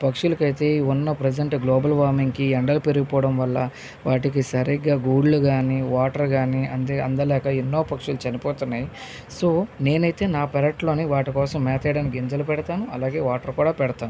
పక్షులకు అయితే ఉన్న ప్రజెంట్ గ్లోబల్ వార్మింగ్కి ఎండలు పెరిగిపోవడం వల్ల వాటికి సరిగ్గా గూళ్ళు కానీ వాటర్ కానీ అంది అందలేక ఎన్నో పక్షులు చనిపోతున్నాయి సో నేను అయితే నా పెరట్లోనే వాటికోసం మేత వేయడానికి గింజలు పెడతాను అలాగే వాటర్ కూడా పెడతాను